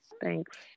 thanks